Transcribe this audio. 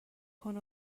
کند